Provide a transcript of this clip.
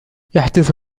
يحدث